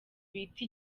bita